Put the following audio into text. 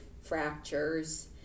fractures